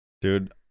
Dude